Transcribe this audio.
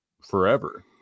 forever